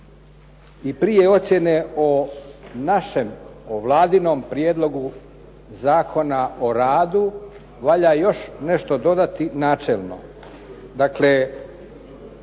I prije ocjene o našem, o Vladinom Prijedlogu zakona o radu valja još nešto dodati načelno. Dakle,